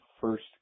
first